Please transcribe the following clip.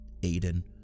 Aiden